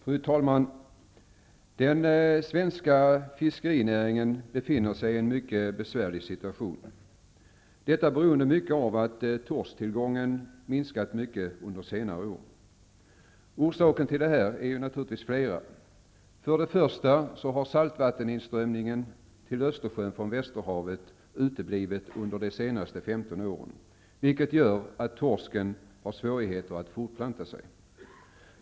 Fru talman! Den svenska fiskerinäringen befinner sig i en mycket besvärlig situation. Detta beror till stor del på att torsktillgången minskat mycket under senare år. Orsakerna till detta är naturligtvis flera. För det första har saltvatteninströmningen till Östersjön från västerhavet uteblivit under de senaste 15 åren, vilket gör att torsken har svårigheter att fortplanta sig.